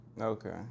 Okay